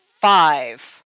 five